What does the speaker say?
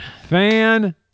Fan